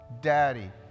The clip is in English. Daddy